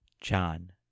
John